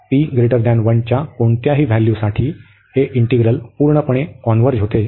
p 1 च्या कोणत्याही व्हॅल्यूसाठी हे इंटिग्रल पूर्णपणे कॉन्व्हर्ज होते